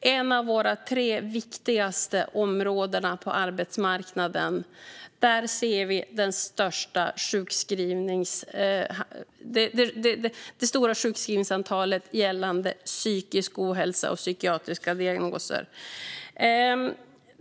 På ett av de tre viktigaste områdena på arbetsmarknaden ser vi de högsta sjukskrivningstalen gällande psykisk ohälsa och psykiatriska diagnoser.